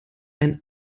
ein